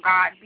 God